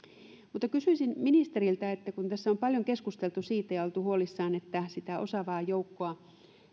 mutta kysyisin ministeriltä kun tässä on paljon keskusteltu siitä ja oltu huolissaan että sitä osaavaa joukkoa